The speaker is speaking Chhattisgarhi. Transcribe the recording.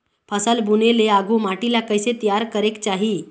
फसल बुने ले आघु माटी ला कइसे तियार करेक चाही?